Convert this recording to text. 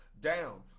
down